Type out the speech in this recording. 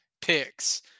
picks